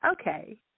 okay